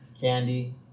Candy